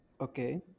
okay